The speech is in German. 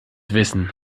wissen